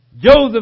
Joseph